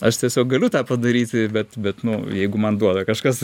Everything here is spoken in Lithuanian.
aš tiesiog galiu tą padaryti bet bet nu jeigu man duoda kažkas